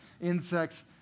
insects